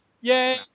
Yay